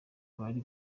kwari